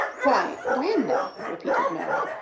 why, brenda! repeated nora,